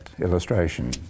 illustration